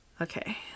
Okay